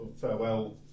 farewell